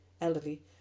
elderly